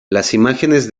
imágenes